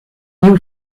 new